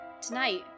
tonight